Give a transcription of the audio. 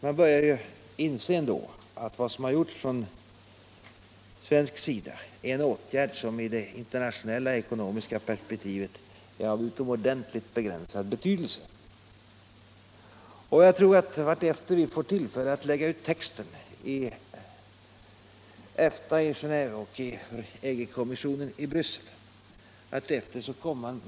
Man börjar inse att det som gjorts från svensk sida är en åtgärd som i det internationella ekonomiska perspektivet är av utomordentligt begränsad betydelse. Jag tror att man — vartefter vi får tillfälle att lägga ut texten i EFTA, Genéve och EG-kommissionen i Bryssel — mer och.